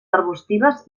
arbustives